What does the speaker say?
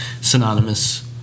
synonymous